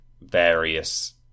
various